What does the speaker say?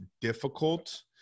difficult